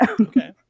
okay